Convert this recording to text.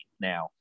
now